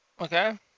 Okay